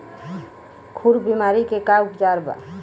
खुर बीमारी के का उपचार बा?